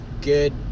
good